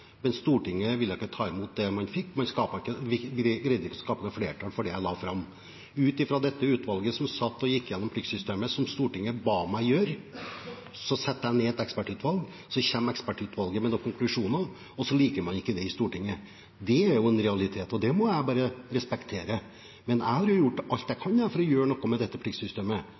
men Stortinget ville ikke ta imot det man fikk. Man greide ikke å skape noe flertall for det jeg la fram. Ut fra dette utvalget, som satt og gikk gjennom pliktsystemet, som Stortinget ba meg om å gjøre, satte jeg ned et ekspertutvalg. Så kommer ekspertutvalget med noen konklusjoner, og så liker man ikke det i Stortinget. Det er en realitet, og det må jeg bare respektere. Men jeg har jo gjort alt jeg kan for å gjøre noe med dette pliktsystemet,